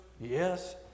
yes